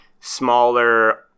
smaller